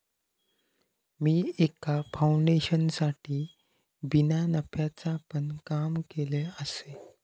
मी एका फाउंडेशनसाठी बिना नफ्याचा पण काम केलय आसय